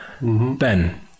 Ben